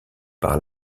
par